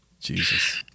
Jesus